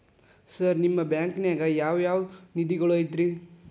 Sir ನಿಮ್ಮ ಬ್ಯಾಂಕನಾಗ ಯಾವ್ ಯಾವ ನಿಧಿಗಳು ಐತ್ರಿ?